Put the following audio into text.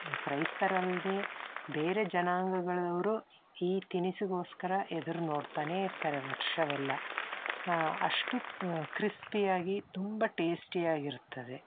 ಕ್ರೈಸ್ತರಲ್ಲದೇ ಬೇರೆ ಜನಾಂಗಗಳವರು ಈ ತಿನಿಸಿಗೋಸ್ಕರ ಎದುರು ನೋಡ್ತಾನೆ ಇರ್ತಾರೆ ವರ್ಷವೆಲ್ಲ ಅಷ್ಟು ಕ್ರಿಸ್ಪಿಯಾಗಿ ತುಂಬ ಟೇಸ್ಟಿಯಾಗಿರ್ತದೆ